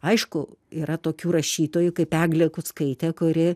aišku yra tokių rašytojų kaip eglė kuckaitė kuri